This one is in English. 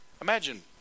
imagine